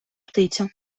птицю